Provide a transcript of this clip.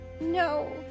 No